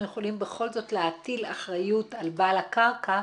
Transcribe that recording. יכולים בכל זאת להטיל אחריות על בעל הקרקע,